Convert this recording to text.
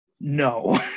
No